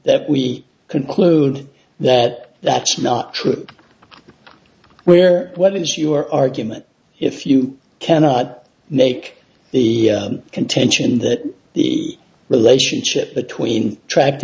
that we conclude that that's not true where what is your argument if you cannot make the contention that the relationship between tracked